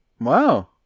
Wow